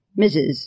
Mrs